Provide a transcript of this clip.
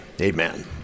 amen